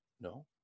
No